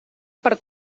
per